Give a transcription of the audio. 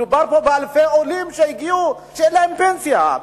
מדובר פה באלפי עולים שהגיעו ואין להם פנסיה.